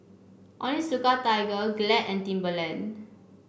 Onitsuka Tiger Glad and Timberland